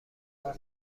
مان